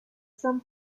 some